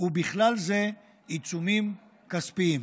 ובכלל זה עיצומים כספיים.